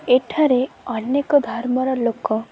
ଏଠାରେ ଅନେକ ଧର୍ମର ଲୋକ